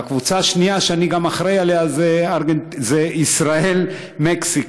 והקבוצה השנייה שאני גם אחראי לה היא ישראל מקסיקו,